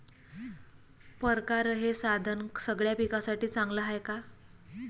परकारं हे साधन सगळ्या पिकासाठी चांगलं हाये का?